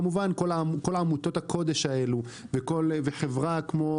כמובן כל עמותות הקודש האלה וחברה כמו